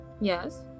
Yes